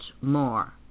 more